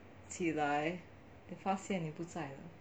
起来 then 发现你不在了